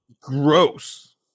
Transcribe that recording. Gross